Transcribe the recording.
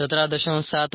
7 200